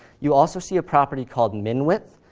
you also see a property called min-width,